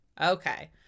okay